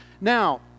Now